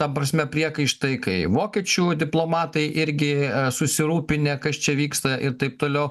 ta prasme priekaištai kai vokiečių diplomatai irgi susirūpinę kas čia vyksta ir taip toliau